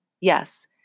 Yes